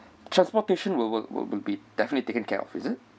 transportation will will will be definitely taken care of is it